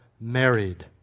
married